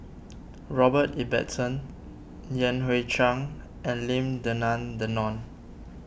Robert Ibbetson Yan Hui Chang and Lim Denan Denon